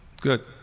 good